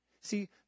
See